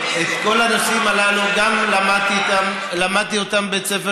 את כל הנושאים הללו למדתי בבית ספר